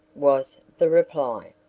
was the reply.